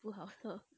不好喝